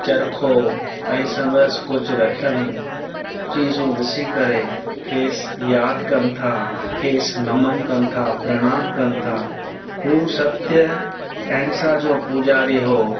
चरख़ो ऐं संदसि कुझु रखियलूं चीज़ूं ॾिसी करे खेसि यादि कनि था खेसि नमनु कनि था प्रणाम कनि था हू सत्य अहिंसा जो पूॼारी हो